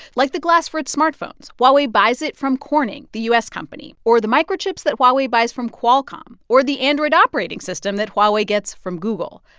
like the glass for its smartphones huawei buys it from corning, the u s. company or the microchips that huawei buys from qualcomm, or the android operating system that huawei gets from google.